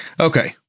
okay